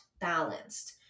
balanced